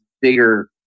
bigger